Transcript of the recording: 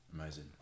Amazing